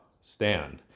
stand